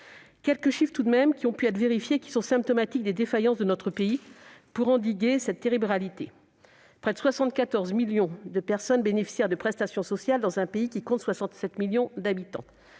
Quelques chiffres, tout de même, ont pu être vérifiés et sont symptomatiques des défaillances de notre pays à endiguer cette terrible réalité : il y a près de 74 millions de personnes bénéficiaires de prestations sociales, dans un pays qui compte 67 millions d'habitants